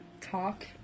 talk